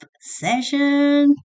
session